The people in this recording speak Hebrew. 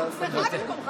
שהוצנחה במקומך.